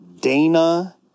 Dana